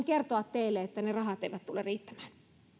kertoa teille että ne rahat eivät tule riittämään